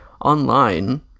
online